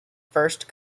first